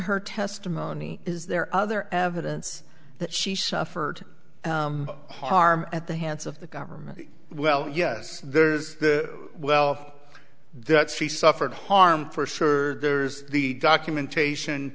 her testimony is there other evidence that she suffered harm at the hands of the government well yes there's well that she suffered harm first her there's the documentation